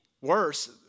worse